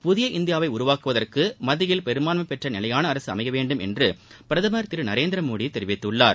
புதிய இந்தியாவை உருவாக்குவதற்கு மத்தியில் பெரும்பான்மை பெற்ற நிலையான அரசு அமைய வேண்டும் என்று பிரதமர் திரு நரேந்திர மோடி தெரிவித்துள்ளார்